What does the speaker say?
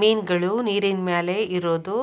ಮಿನ್ಗಳು ನೇರಿನಮ್ಯಾಲೆ ಇರೋದು,